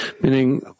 Meaning